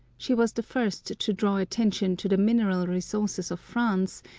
she was the first to draw attention to the mineral resources of france,